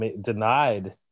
denied